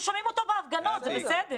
אנחנו שומעים אותו בהפגנות, זה בסדר.